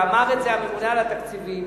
ואמר את זה הממונה על התקציבים.